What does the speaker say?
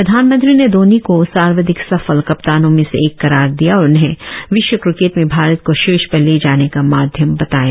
प्रधानमंत्री ने धोनी को सर्वाधिक सफल कप्तानों में से एक करार दिया और उन्हें विश्व क्रिकेट में भारत को शीर्ष पर ले जाने का माध्यम बताया